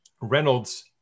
Reynolds